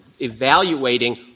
evaluating